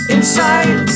Inside